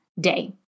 day